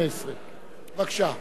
18). בבקשה.